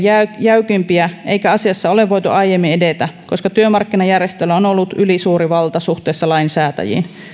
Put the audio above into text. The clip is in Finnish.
jäykimpiä eikä asiassa ole voitu aiemmin edetä koska työmarkkinajärjestöillä on ollut ylisuuri valta suhteessa lainsäätäjiin